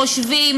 חושבים,